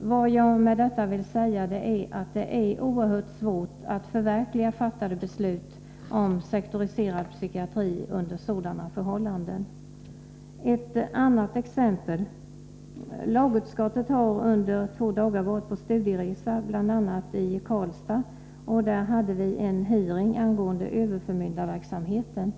Vad jag med detta vill säga är att det är oerhört svårt att förverkliga fattade beslut om sektoriserad psykiatri under sådana förhållanden. Ett annat exempel: Lagutskottet har under två dagar varit på studieresa, bl.a. i Karlstad. Där hade vi en hearing angående överförmyndarverksamheten.